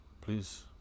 Please